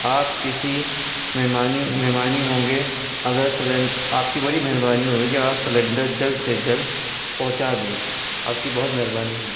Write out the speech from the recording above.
آپ کسی مہربانی مہربانی ہوں گے اگر آپ کی بڑی مہربانی ہوگی کہ آپ سلینڈر جلد سے جلد پہنچا دیں آپ کی بہت مہربانی ہوگی